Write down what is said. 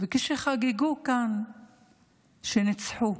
וכשחגגו כאן שניצחו.